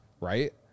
Right